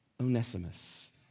Onesimus